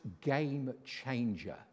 game-changer